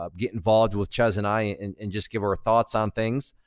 um get involved with chezz and i and and just give our thoughts on things.